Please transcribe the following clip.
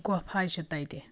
گۄپھایہِ حظ چھِ تَتہِ